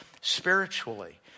spiritually